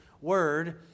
word